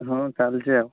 ହଁ ଚାଲିଛି ଆଉ